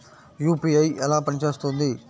UPI ఎలా పనిచేస్తుంది?